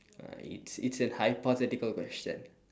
uh it's it's a hypothetical question